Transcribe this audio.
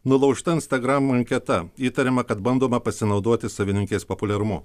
nulaužta instagram anketa įtariama kad bandoma pasinaudoti savininkės populiarumu